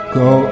go